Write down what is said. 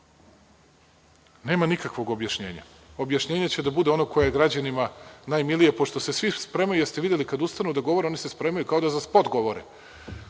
Nema nikakvog objašnjenja. Objašnjenje će da bude ono koje je građanima najmilije. Pošto se svi spremaju, jeste li videli, kad ustanu da govore oni se spremaju kao da za spot govore